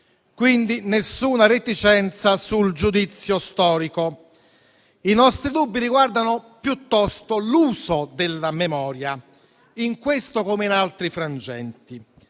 quindi nessuna reticenza sul giudizio storico. I nostri dubbi riguardano piuttosto l'uso della memoria, in questo come in altri frangenti.